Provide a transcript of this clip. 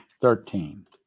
thirteen